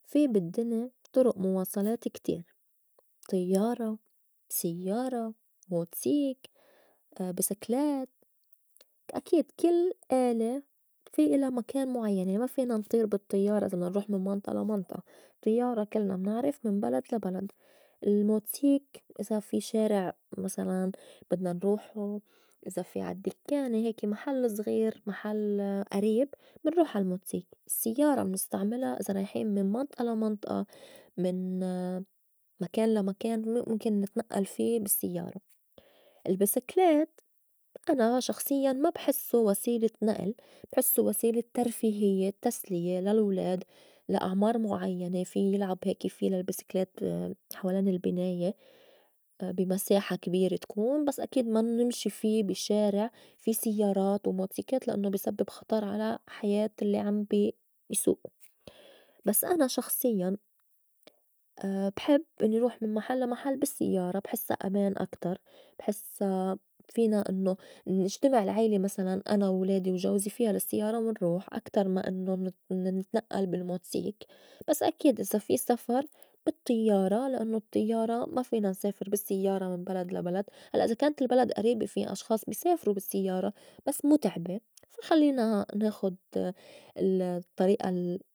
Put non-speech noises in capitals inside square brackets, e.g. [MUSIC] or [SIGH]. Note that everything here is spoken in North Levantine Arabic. في بالدّني طُرُئ مواصلات [NOISE] كتير طيّارة، سيّارة، موتسيك، [HESITATION] بسكلات، أكيد كل آلة في إلا مكان مُعيّن ما فينا نطير بالطيّارة إذا بدنا نروح من منطئة لا منطئة الطيّارة كلنا منعرف من بلد لا بلد، الموتسيك إذا في شارع مسلاً بدنا نروحو إذا في عالدّكانة هيك محل زغير محل أريب منروح عالموتسيك، السيّارة منستعملا إذا رايحين من منطئة لا منطئة من [HESITATION] مكان لا مكان مُمكن نتنئّل في بالسيّارة، البسكلات أنا شخصيّاً ما بحسّو وسيلة نئل بحسّو وسيلة ترفيهيّة تسلية للولاد لأعمار مُعيّنة في يلعب هيك في للبسكليت حوالين البناية بي مساحة كبيرة تكون بس أكيد ما منمشي في بي شارع في سيّارات وموتسيكات لأنّو بي سبّب خطر على حياة الّي عم بي يسوئو. بس أنا شخصيّاُ [HESITATION] بحب إنّي روح من محل لا محل بالسيّارة بحسّا أمان أكتر بحسّا فينا إنّو نجتمع العيلة مسلاً أنا وولادي وجوزي فيا للسيّارة ونروح أكتر ما إنّو منن- منتنئّل بالموتسيك، بس أكيد إذا في سفر بالطيّارة لانّو الطيّارة ما فينا نسافر بالسيّارة من بلد لا بلد هلّأ إذا كانت البلد أريبة في أشخاص بي سافرو بالسيّارة بس مُتعبة خلّينا ناخُد ال- الطريئة ال.